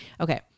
Okay